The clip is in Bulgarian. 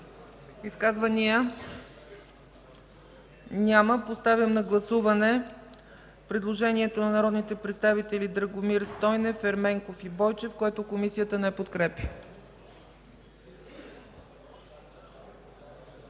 Изказвания? Няма. Поставям на гласуване предложението на народните представители Драгомир Стойнев, Ерменков и Бойчев, което Комисията не подкрепя.